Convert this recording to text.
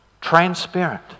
transparent